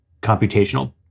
computational